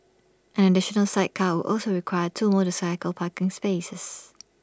an additional sidecar would also require two motorcycle parking spaces